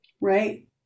Right